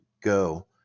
go